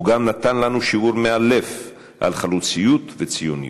הוא גם נתן לנו שיעור מאלף על חלוציות וציונות,